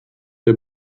der